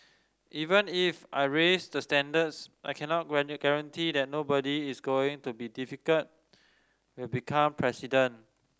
even if I raise the standards I cannot guarantee that nobody is going to be difficult will become president